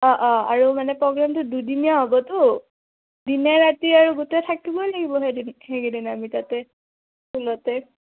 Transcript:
অঁ অঁ আৰু মানে প্ৰগ্ৰেমটো দুদিনীয়া হ'বতো দিনে ৰাতি আৰু গোটেই থাকিবই লাগিব সেইদিন সেইকেইদিন আমি তাতে স্কুলতে